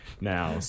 now